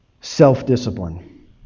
self-discipline